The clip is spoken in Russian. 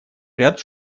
ряд